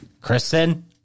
Kristen